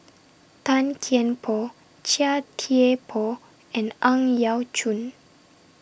Tan Kian Por Chia Thye Poh and Ang Yau Choon